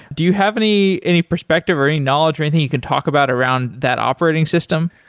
do you have any any perspective, or any knowledge, or anything you can talk about around that operating system?